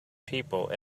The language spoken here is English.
people